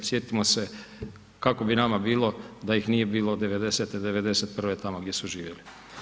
Sjetimo se kako bi nama bilo da ih nije bilo 90., 91., tamo gdje su živjeli.